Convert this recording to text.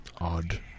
Odd